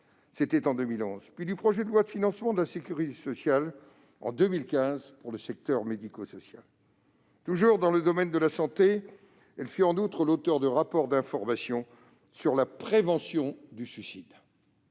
santé, en 2011, puis du projet de loi de financement de la sécurité sociale, pour le secteur médico-social, en 2015. Toujours dans le domaine de la santé, elle fut en outre l'auteur d'un rapport d'information sur la prévention du suicide.